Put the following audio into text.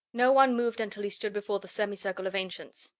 no one moved until he stood before the semicircle of ancients.